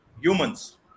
humans